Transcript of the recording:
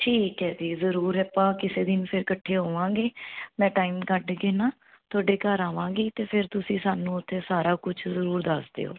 ਠੀਕ ਹੈ ਜੀ ਜ਼ਰੂਰ ਆਪਾਂ ਕਿਸੇ ਦਿਨ ਫਿਰ ਇਕੱਠੇ ਹੋਵਾਂਗੇ ਮੈਂ ਟਾਈਮ ਕੱਢ ਕੇ ਨਾ ਤੁਹਾਡੇ ਘਰ ਆਵਾਂਗੇ ਅਤੇ ਫਿਰ ਤੁਸੀਂ ਸਾਨੂੰ ਉੱਥੇ ਸਾਰਾ ਕੁਛ ਜ਼ਰੂਰ ਦੱਸ ਦਿਓ